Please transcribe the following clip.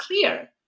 clear